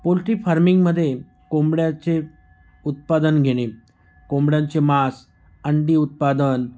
poultry फार्मिंगमध्ये कोंबड्याचे उत्पादन घेणे कोंबड्यांचे मास अंडी उत्पादन